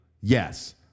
Yes